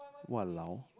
!walao!